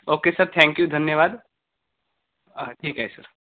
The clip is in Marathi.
ओके सर थँक्यू धन्यवाद ठीक आहे सर